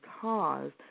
cause